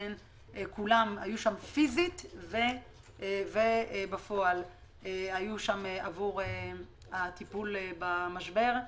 כולם היו שם פיסית ובפועל עבור הטיפול במשבר.